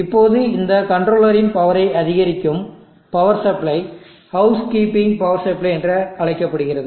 இப்போது இந்த கண்ட்ரோலரின் பவரை அதிகரிக்கும் power supply house keeping power supply என்று அழைக்கப்படுகிறது